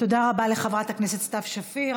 תודה רבה לחברת הכנסת סתיו שפיר.